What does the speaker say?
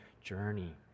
journey